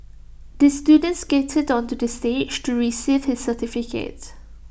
this student skated onto the stage to receive his certificate